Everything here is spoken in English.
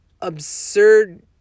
absurd